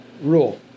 rule